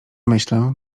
myślę